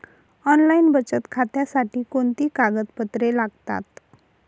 Online बचत खात्यासाठी कोणती कागदपत्रे लागतात?